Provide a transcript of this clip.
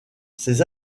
ces